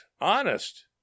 Honest